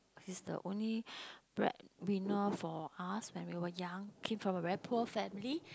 he's the only bread wiener for us when we were young came from a very poor family